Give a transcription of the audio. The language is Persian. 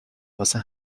واسه